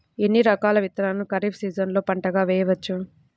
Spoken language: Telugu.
ఎన్ని రకాల విత్తనాలను ఖరీఫ్ సీజన్లో పంటగా వేయచ్చు?